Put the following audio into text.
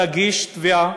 תגיש תביעה.